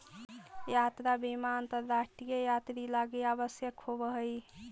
यात्रा बीमा अंतरराष्ट्रीय यात्रि लगी आवश्यक होवऽ हई